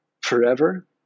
forever